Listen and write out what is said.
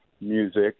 music